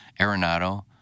Arenado